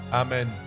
amen